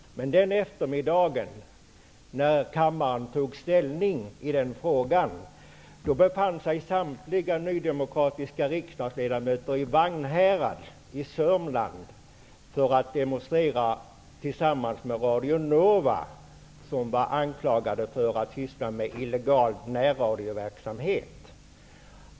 Men den eftermiddag då kammaren tog ställning i den frågan befann sig samtliga nydemokratiska riksdagsledamöter i Vagnhärad i Sörmland för att demonstrera tillsammans med Radio Nova, som var anklagad för att syssla med illegal närradioverksamhet.